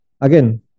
Again